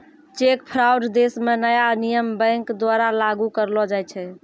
cheque fraud देश म नया नियम बैंक द्वारा लागू करलो जाय छै